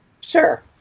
Sure